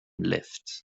lifts